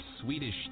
Swedish